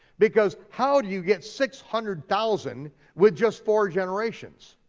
because how do you get six hundred thousand with just four generations?